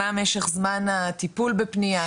מה משך זמן הטיפול בפנייה?